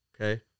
Okay